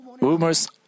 Rumors